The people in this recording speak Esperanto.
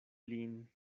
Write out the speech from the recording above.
lin